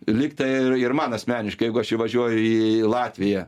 lyg tai ir man asmeniškai jeigu aš įvažiuoju į latviją